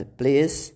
please